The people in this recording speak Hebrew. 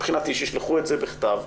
מבחינתי שישלחו את זה בכתב,